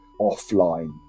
offline